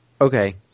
Okay